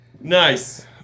Nice